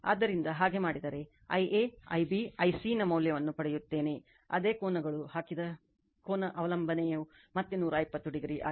ಆದ್ದರಿಂದ ಹಾಗೆ ಮಾಡಿದರೆ I a Ib I c ನ ಮೌಲ್ಯವನ್ನು ಪಡೆಯುತ್ತೇನೆ ಅದೇ ಕೋನಗಳು ಹಾಕಿದ ಕೋನ ಅವಲಂಬನೆಯು ಮತ್ತೆ 120o ಆಗಿರುತ್ತದೆ